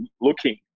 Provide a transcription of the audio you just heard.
looking